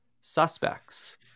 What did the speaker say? Suspects